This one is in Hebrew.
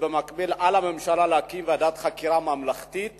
במקביל, על הממשלה להקים ועדת חקירה ממלכתית